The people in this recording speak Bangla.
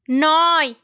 নয়